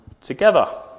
together